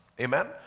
Amen